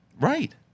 Right